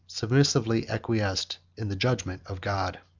submissively acquiesced in the judgment of god.